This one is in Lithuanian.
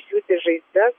siūti žaizdas